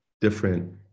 different